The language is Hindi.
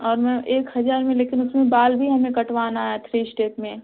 और मैम एक हज़ार में लेकिन उसमें बाल भी हमें कटवाना है थ्री इस्टेप में